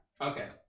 Okay